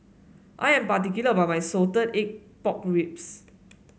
I am particular about my Salted Egg Pork Ribs